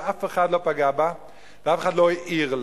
ואף אחד לא פגע בה ואף אחד לא העיר לה.